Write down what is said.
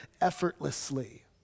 effortlessly